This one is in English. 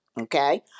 Okay